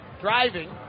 driving